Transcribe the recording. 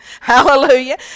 Hallelujah